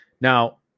Now